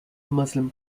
muslim